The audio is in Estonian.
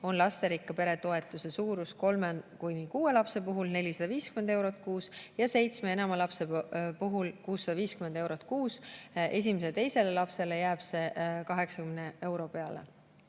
on lasterikka pere toetuse suurus kolme kuni kuue lapse puhul 450 eurot kuus ning seitsme ja enama lapse puhul 650 eurot kuus. Esimese ja teise lapse puhul jääb see 80 euro peale.